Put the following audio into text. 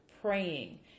praying